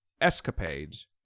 escapades